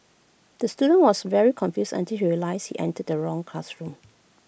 the student was very confused until he realised he entered the wrong classroom